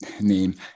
name